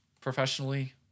professionally